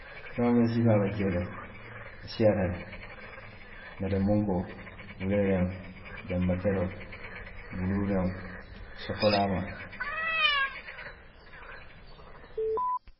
Feŋo miŋ siifaa be keeriŋ, a siyaata le, netemunkoo, wuleeriŋo, janbakeroo, buluuriŋo, sokolaamaa